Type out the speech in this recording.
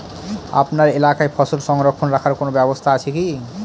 আপনার এলাকায় ফসল সংরক্ষণ রাখার কোন ব্যাবস্থা আছে কি?